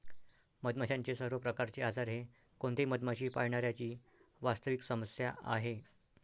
मधमाशांचे सर्व प्रकारचे आजार हे कोणत्याही मधमाशी पाळणाऱ्या ची वास्तविक समस्या आहे